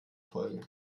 folge